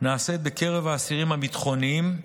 נעשה בקרב האסירים הביטחוניים,